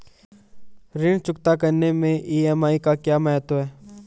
ऋण चुकता करने मैं ई.एम.आई का क्या महत्व है?